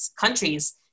countries